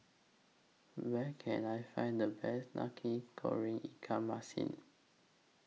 Where Can I Find The Best Nasi Goreng Ikan Masin